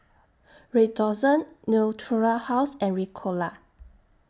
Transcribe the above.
Redoxon Natura House and Ricola